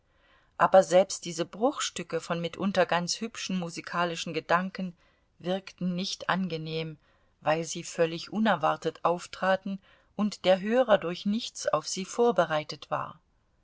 aber selbst diese bruchstücke von mitunter ganz hübschen musikalischen gedanken wirkten nicht angenehm weil sie völlig unerwartet auftraten und der hörer durch nichts auf sie vorbereitet war